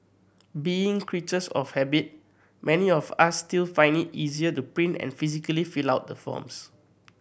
being creatures of habit many of us still find it easier to print and physically fill out the forms